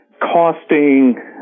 costing